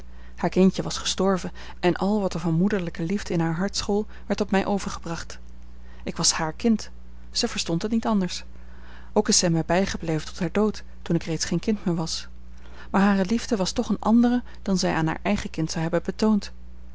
haar kindje was gestorven en al wat er van moederlijke liefde in haar hart school werd op mij overgebracht ik was haar kind zij verstond het niet anders ook is zij mij bijgebleven tot haar dood toen ik reeds geen kind meer was maar hare liefde was toch eene andere dan zij aan haar eigen kind zou hebben betoond